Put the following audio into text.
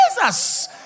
Jesus